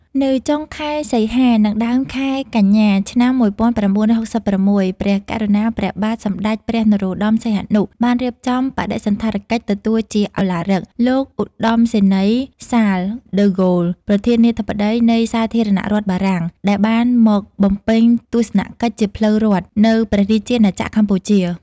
នៅចុងខែសីហា និងដើមខែកញ្ញា ឆ្នាំ១៩៦៦ ព្រះករុណា ព្រះបាទសម្តេចព្រះនរោត្តម សីហនុ បានរៀបចំបដិសណ្ឋារកិច្ចទទួលជា¬ឧឡារិក លោកឧត្តមសេនីយ៍ សាល ដឺហ្គោល ប្រធានាធិបតីនៃសាធារណរដ្ឋបារំាង ដែលបានមកបំពេញទស្សន កិច្ចជាផ្លូវរដ្ឋនៅព្រះរាជាណាចក្រកម្ពុជា។